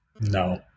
No